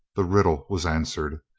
the riddle was answered.